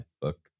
book